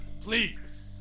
Please